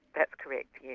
that's correct, yes.